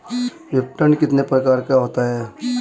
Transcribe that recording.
विपणन कितने प्रकार का होता है?